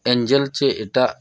ᱮᱸᱜᱮᱞ ᱪᱮ ᱮᱴᱟᱜ